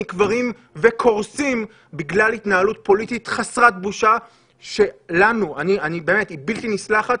נקברים וקורסים בגלל התנהלות פוליטית חסרת בושה שהיא בלתי נסלחת